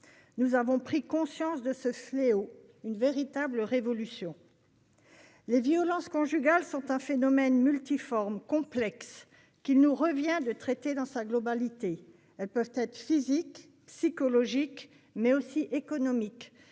Nous avons pris conscience de ce fléau. C'est une véritable révolution. Les violences conjugales sont un phénomène multiforme, complexe, qu'il nous revient de traiter dans sa globalité. Elles peuvent être physiques, psychologiques, mais aussi économiques.